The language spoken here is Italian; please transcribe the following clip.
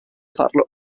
farlo